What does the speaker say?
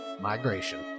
migration